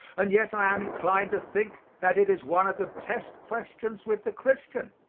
and yet i am inclined to think that it is one of the test questions with the christian.